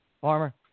Farmer